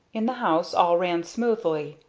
in the house all ran smoothly.